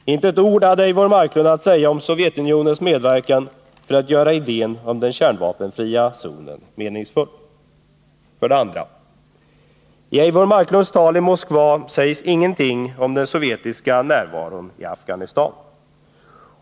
Inte ett ord hade Eivor Marklund att säga om Sovjetunionens medverkan för att göra idén om den kärnvapenfria zonen meningsfull. För det andra: I Eivor Marklunds tal i Moskva sägs ingenting om den sovjetiska närvaron i Afghanistan.